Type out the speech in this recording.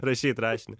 rašyt rašinį